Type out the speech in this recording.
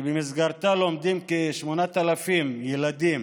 שבמסגרתה לומדים כ-8,000 ילדים